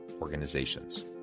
Organizations